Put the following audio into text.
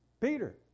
Peter